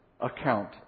account